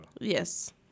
Yes